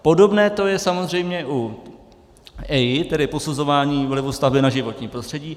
Podobné to je samozřejmě u EIA, tedy posuzování vlivu stavby na životní prostředí.